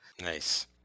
nice